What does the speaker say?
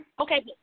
Okay